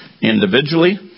Individually